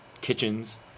kitchens